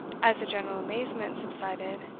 as the general amazement subsided,